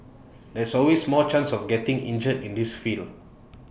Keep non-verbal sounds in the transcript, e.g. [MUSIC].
[NOISE] there's always more chance of getting injured in this field [NOISE]